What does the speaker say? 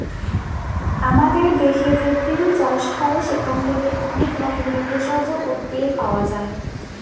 আমাদের দেশে যে তিল চাষ হয় সেখান থেকে অনেক রকমের ভেষজ ও তেল পাওয়া যায়